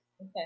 Okay